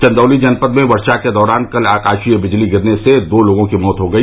चन्दौली जनपद में वर्षा के दौरान कल आकाशीय दिजली गिरने से दो लोगों की मौत हो गई